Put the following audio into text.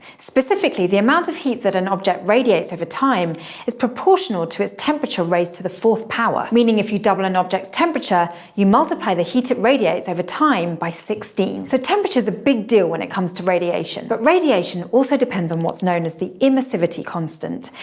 specifically, the amount of heat that an object radiates over time is proportional to its temperature raised to the fourth power. meaning, if you double an object's temperature, you multiply the heat it radiates over time by sixteen. so temperature's a big deal when it comes to radiation. but radiation also depends on what's known as the emissivity constant,